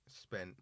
spent